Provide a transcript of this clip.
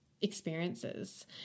experiences